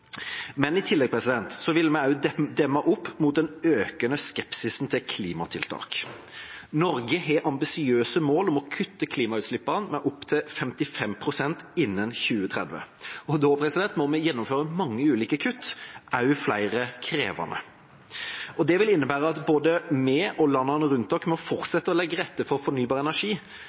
I tillegg ville vi også demmet opp mot den økende skepsisen til klimatiltak. Norge har ambisiøse mål om å kutte klimautslippene med opptil 55 pst. innen 2030. Da må vi gjennomføre mange ulike kutt, også flere krevende. Det vil innebære at både vi og landene rundt oss må fortsette å legge til rette for fornybar energi.